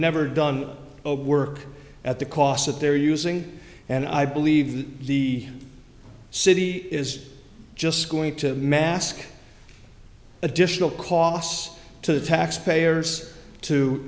never done work at the cost that they're using and i believe the city is just going to mask additional costs to the taxpayers to